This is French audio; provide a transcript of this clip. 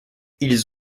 ils